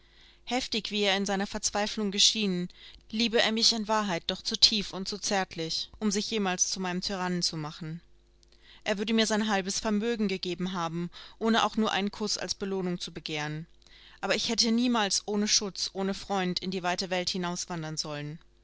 heftig wie er in seiner verzweiflung geschienen liebe er mich in wahrheit doch zu tief und zu zärtlich um sich jemals zu meinem tyrannen zu machen er würde mir sein halbes vermögen gegeben haben ohne auch nur einen kuß als belohnung zu begehren aber ich hätte niemals ohne schutz ohne freund in die weite welt hinauswandern sollen